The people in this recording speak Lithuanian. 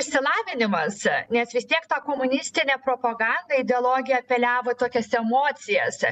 išsilavinimas nes vis tiek ta komunistinė propaganda ideologija apeliavo į tokias emocijas